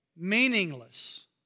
Meaningless